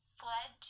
fled